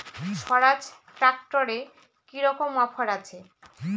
স্বরাজ ট্র্যাক্টরে কি রকম অফার আছে?